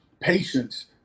patience